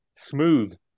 Smooth